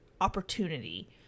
opportunity